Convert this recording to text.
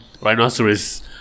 rhinoceros